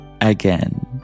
again